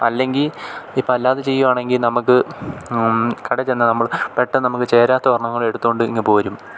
അല്ലെങ്കില് ഇപ്പോള് അല്ലാതെ ചെയ്യുകയാണെങ്കില് നമുക്ക് കടയില് ചെന്നാല് നമ്മള് പെട്ടെന്ന് നമുക്ക് ചേരാത്തൊരെണ്ണം എടുത്തുകൊണ്ടിങ്ങ് പോരും